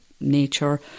nature